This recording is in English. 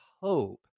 hope